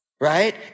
right